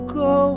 go